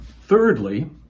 Thirdly